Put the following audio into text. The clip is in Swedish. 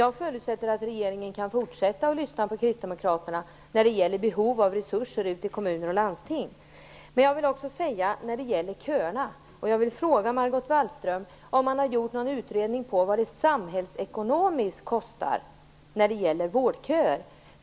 Jag förutsätter att regeringen kan fortsätta att lyssna på kristdemokraterna när det gäller behovet av resurser ute i kommuner och landsting. Wallström om det har gjorts någon utredning av vad vårdköerna kostar samhällsekonomiskt.